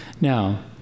Now